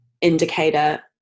indicator